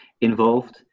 involved